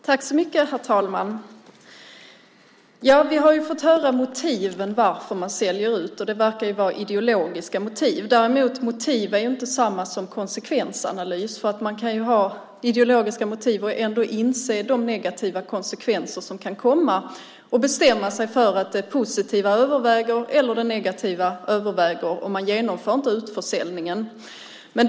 Herr talman! Vi har fått höra motiven till att man säljer ut. Det verkar vara ideologiska motiv. Motiv är ju inte detsamma som konsekvensanalys. Man kan ha ideologiska motiv och ändå inse de negativa konsekvenser som kan komma och bestämma sig för att det positiva eller det negativa överväger och att man inte genomför utförsäljningen.